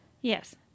Yes